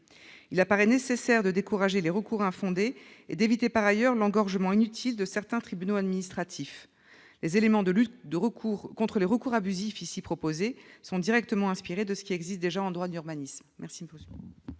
il apparaît nécessaire de décourager les recours infondées et d'éviter par ailleurs l'engorgement inutile de certains tribunaux administratifs, les éléments de lutte de recours contre les recours abusifs ici proposées sont directement inspirés de ce qui existe déjà en droit d'urbanisme